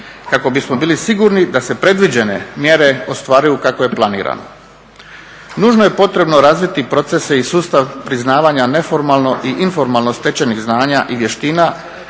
kako bismo bili sigurni da se predviđene mjere ostvaruju kako je planirano. Nužno je potrebno razviti procese i sustav priznavanja neformalno i informalno stečenih znanja i vještina